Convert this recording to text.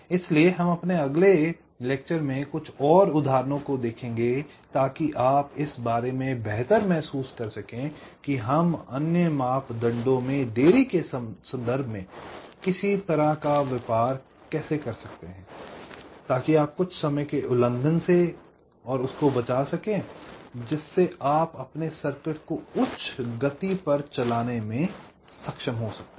इसलिए हम अपने अगले व्याख्यान में कुछ और उदाहरणों को देखेंगे ताकि आप इस बारे में बेहतर महसूस कर सकें कि हम अन्य मापदंडों में देरी के संदर्भ में किसी तरह का व्यापार कैसे कर सकते हैं ताकि आप कुछ समय के उल्लंघन से बच सकें जिससे आप अपने सर्किट को उच्च गति पर चलाने में सक्षम हो सकते हैं